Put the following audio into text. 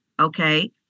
Okay